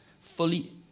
fully